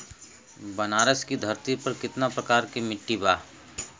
बनारस की धरती पर कितना प्रकार के मिट्टी बा?